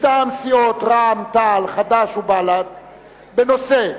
מטעם סיעות רע"ם-תע"ל, חד"ש ובל"ד בנושא: